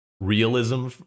realism